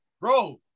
Bro